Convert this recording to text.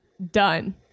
Done